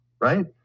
right